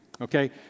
okay